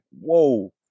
whoa